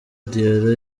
diarra